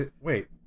wait